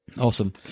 awesome